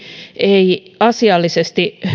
ei asiallisesti